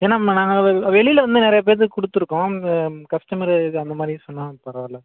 ஏனா நாங்கள் வெளியில் வந்து நிறைய பேர்த்துக்கு கொடுத்துருக்கோம் கஸ்டமரு இது அந்த மாதிரி சொன்னால் பரவாயில்ல